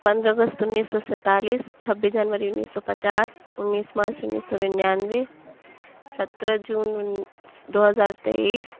پندرہ اگست انیس سو سینتالیس چھبیس جنوری انیس سو پچاس انیس مارچ انیس سو ننیانوے سترہ جون دو ہزار تیئیس